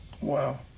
Wow